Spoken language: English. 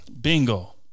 Bingo